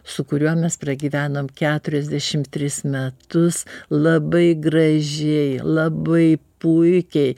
su kuriuo mes pragyvenom keturiasdešim tris metus labai gražiai labai puikiai